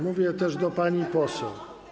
Mówię też do pani poseł.